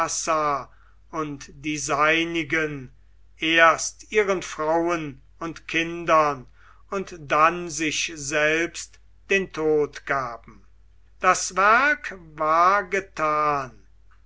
und die seinigen erst ihren frauen und kindern und dann sich selbst den tod gaben das werk war getan